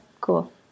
cool